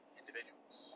individuals